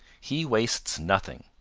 he wastes nothing.